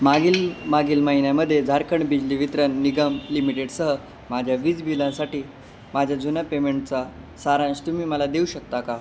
मागील मागील महिन्यामध्ये झारखंड बिजली वितरण निगम लिमिटेडसह माझ्या वीज बिलां साठी माझ्या जुन्या पेमेंटचा सारांश तुम्ही मला देऊ शकता का